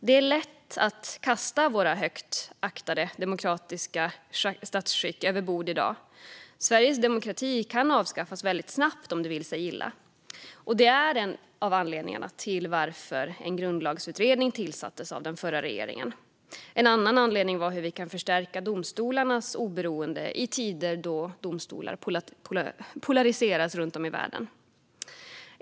Det är i dag lätt att kasta vårt högt aktade demokratiska statsskick överbord. Sveriges demokrati kan avskaffas väldigt snabbt om det vill sig illa. Detta är en av anledningarna till att en grundlagsutredning tillsattes av den förra regeringen. En annan sak utredningen tittade på var hur vi kan förstärka domstolarnas oberoende i tider då domstolar politiseras runt om i världen.